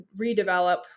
redevelop